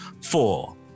four